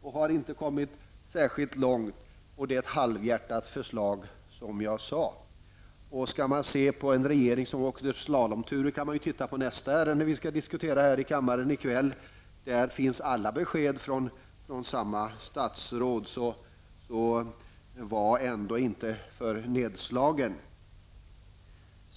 och inte kommit särskilt långt. Som jag sade är det ett halvhjärtat förslag som regeringen har lagt fram. Vill man se en regering som åker slalomturer, kan man se på nästa ärende som skall behandlas här i kväll. Där finns alla besked från samma statsråd, Anna Horn af Rantzien behöver inte vara alltför nedslagen.